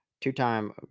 Two-time